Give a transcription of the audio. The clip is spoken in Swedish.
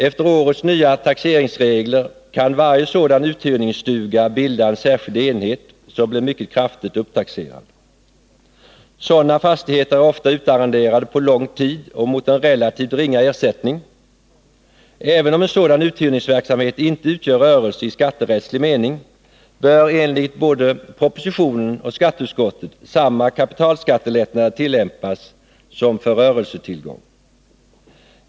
Efter årets nya taxeringsregler kan varje sådan uthyrningsstuga bilda en särskild enhet som blir mycket kraftigt upptaxerad. Sådana fastigheter är ofta utarrenderade på lång tid och mot en relativt ringa ersättning. Även om en sådan uthyrningsverksamhet inte utgör rörelse i skatterättslig mening, bör enligt både propositionen och skatteutskottet samma kapitalskattelättnader tillämpas som för rörelsetillgång.